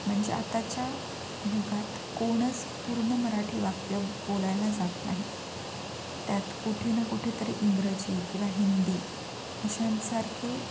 म्हणजे आताच्या युगात कोणीच पूर्ण मराठी वाक्य बोलायला जात नाही त्यात कुठे ना कुठेतरी इंग्रजी किंवा हिंदी अशांसारखे